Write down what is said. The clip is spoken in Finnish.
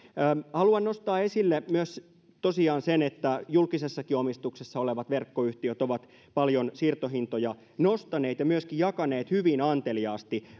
haluan nostaa esille tosiaan myös sen että julkisessakin omistuksessa olevat verkkoyhtiöt ovat paljon siirtohintoja nostaneet ja myöskin jakaneet hyvin anteliaasti